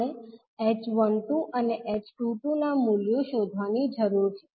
આપણે 𝐡12 અને 𝐡22 ના મૂલ્યો શોધવાની જરૂર છે